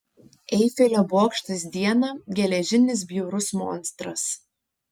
eifelio bokštas dieną geležinis bjaurus monstras